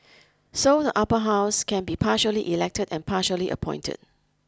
so the Upper House can be partially elected and partially appointed